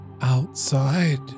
Outside